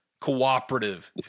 cooperative